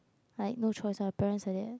like no choice our parents like that